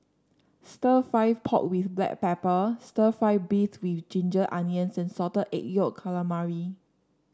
stir fry pork with Black Pepper stir fry beef with Ginger Onions and Salted Egg Yolk Calamari